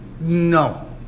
No